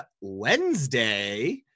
Wednesday